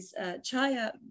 chaya